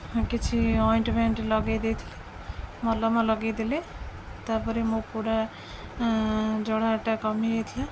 କିଛି ଅଏଣ୍ଟ୍ମେଣ୍ଟ୍ ଲଗାଇ ଦେଇଥିଲି ମଲମ ଲଗାଇଦଲେ ତା'ପରେ ମୋ ପୋଡ଼ା ଜଳାଟା କମିଯାଇଥିଲା